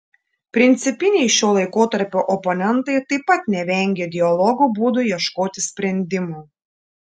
principiniai šio laikotarpio oponentai taip pat nevengė dialogo būdu ieškoti sprendimų